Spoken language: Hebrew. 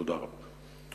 תודה רבה.